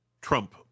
Trump